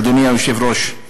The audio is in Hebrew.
אדוני היושב-ראש.